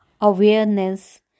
awareness